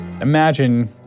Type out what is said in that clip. Imagine